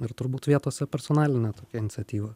ir turbūt vietose personalinė tokia iniciatyva